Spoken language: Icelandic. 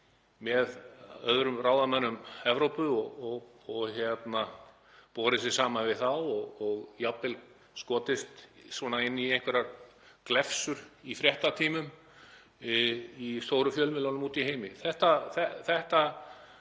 með öðrum ráðamönnum Evrópu og borið sig saman við þá og jafnvel skotist inn í einhverjar glefsur í fréttatímum í stóru fjölmiðlunum úti í heimi. Þessi,